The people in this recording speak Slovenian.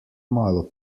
malo